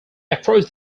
across